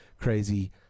crazy